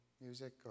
music